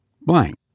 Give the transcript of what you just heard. blank